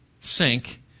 sink